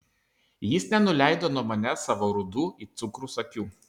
jis nenuleido nuo manęs savo rudų it cukrus akių